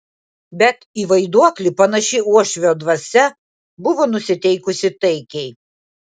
bet į vaiduoklį panaši uošvio dvasia buvo nusiteikusi taikiai